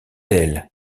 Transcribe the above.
elle